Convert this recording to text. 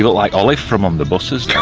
like olive from on the buses.